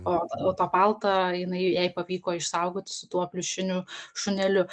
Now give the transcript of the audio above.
o o tą paltą jinai jai pavyko išsaugoti su tuo pliušiniu šuneliu